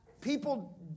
people